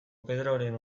pedroren